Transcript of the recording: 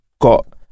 got